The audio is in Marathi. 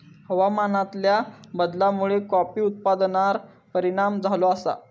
हवामानातल्या बदलामुळे कॉफी उत्पादनार परिणाम झालो आसा